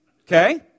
Okay